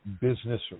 business